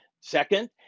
Second